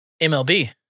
MLB